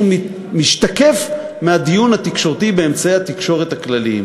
משתקף בדיון התקשורתי באמצעי התקשורת הכלליים.